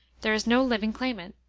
there is no living claimant!